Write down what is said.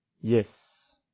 Yes